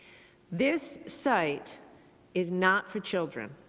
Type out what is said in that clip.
this site is not for children.